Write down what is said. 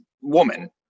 woman